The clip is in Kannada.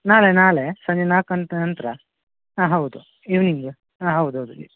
ನಾಳೆ ನಾಳೆ ಸಂಜೆ ನಾಲ್ಕು ಗಂಟೆ ನಂತರ ಹಾಂ ಹೌದು ಈವ್ನಿಂಗ್ ಹಾಂ ಹೌದು ಹೌದು